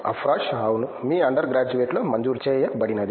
అష్రాఫ్ అవును మీ అండర్ గ్రాడ్యుయేట్లో మంజూరు చేయబడినది